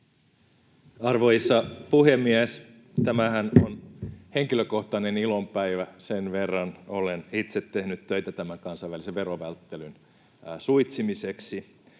Arvoisa puhemies! Tämähän on henkilökohtainen ilon päivä, sen verran olen itse tehnyt töitä tämän kansainvälisen verovälttelyn suitsemiseksi.